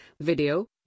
video